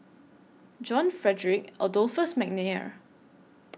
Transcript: John Frederick Adolphus Mcnair